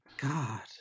God